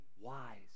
wise